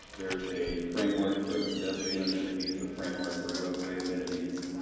there's a framework for pedestrian amenities, a framework for roadway amenities,